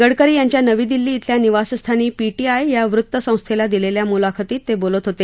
गडकरी यांच्या नवी दिल्ली इथल्या निवासस्थानी पीटीआय या वृत्त संस्थेला दिलेल्या मुलाखतीत ते बोलत होते